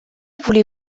voulez